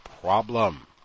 problem